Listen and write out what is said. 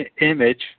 image